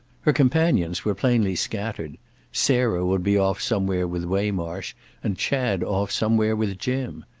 her companions were plainly scattered sarah would be off somewhere with waymarsh and chad off somewhere with jim.